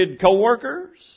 co-workers